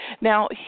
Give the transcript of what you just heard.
Now